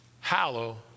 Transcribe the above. hallow